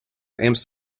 aims